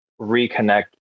reconnect